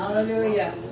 Hallelujah